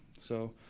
so,